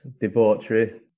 debauchery